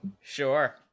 Sure